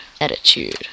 attitude